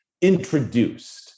introduced